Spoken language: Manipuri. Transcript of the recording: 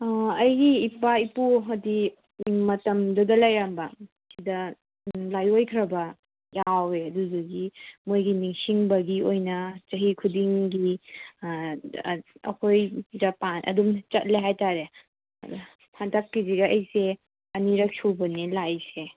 ꯑꯩꯒꯤ ꯏꯄꯥ ꯏꯄꯨ ꯍꯥꯏꯗꯤ ꯃꯇꯝꯗꯨꯗ ꯂꯩꯔꯝꯕ ꯁꯤꯗ ꯂꯥꯏꯑꯣꯏꯈ꯭ꯔꯕ ꯌꯥꯎꯋꯦ ꯑꯗꯨꯗꯨꯒꯤ ꯃꯈꯣꯏꯒꯤ ꯅꯤꯡꯁꯤꯡꯕꯒꯤ ꯑꯣꯏꯅ ꯆꯍꯤ ꯈꯨꯗꯤꯡꯒꯤ ꯑꯩꯈꯣꯏ ꯖꯄꯥꯟ ꯑꯗꯨꯝ ꯆꯠꯂꯦ ꯍꯥꯏ ꯇꯥꯔꯦ ꯍꯟꯗꯛꯀꯤꯁꯤꯒ ꯑꯩꯁꯦ ꯑꯅꯤꯔꯛ ꯁꯨꯕꯅꯦ ꯂꯥꯛꯏꯁꯦ